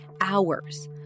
hours—